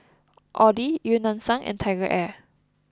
Audi Eu Yan Sang and TigerAir